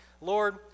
Lord